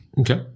Okay